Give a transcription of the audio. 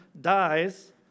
dies